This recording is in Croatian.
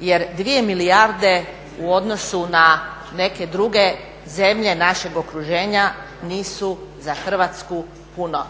jer 2 milijarde u odnosu na neke druge zemlje našeg okruženja nisu za Hrvatsku puno.